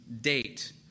date